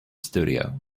studio